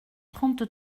trente